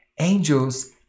angels